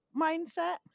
mindset